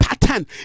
pattern